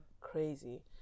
crazy